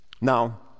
Now